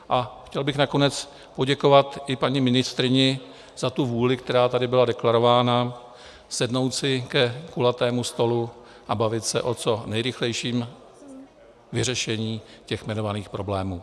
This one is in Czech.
A chtěl bych nakonec poděkovat i paní ministryni za tu vůli, která tady byla deklarována, sednout si ke kulatému stolu a bavit se o co nejrychlejším vyřešení těch jmenovaných problémů.